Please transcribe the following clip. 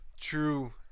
true